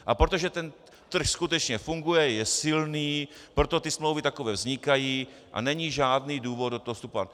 A protože ten trh skutečně funguje, je silný, proto ty smlouvy takové vznikají a není žádný důvod do toho vstupovat.